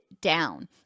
down